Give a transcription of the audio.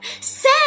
Say